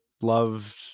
Loved